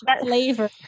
flavor